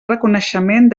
reconeixement